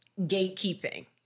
gatekeeping